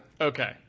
Okay